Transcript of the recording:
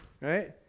Right